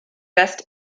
best